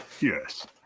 Yes